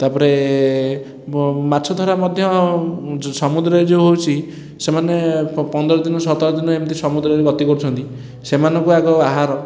ତା'ପରେ ମାଛ ଧରା ମଧ୍ୟ ଯେଉଁ ସମୁଦ୍ରରେ ଯେଉଁ ହେଉଛି ସେମାନେ ପନ୍ଦର ଦିନ ସତର ଦିନ ଏମିତି ସମୁଦ୍ରରେ ଗତି କରୁଛନ୍ତି ସେମାନଙ୍କୁ ଆଗ ଆହାର